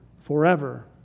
forever